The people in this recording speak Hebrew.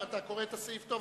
אם אתה קורא את הסעיף טוב,